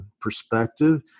perspective